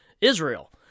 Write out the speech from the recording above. Israel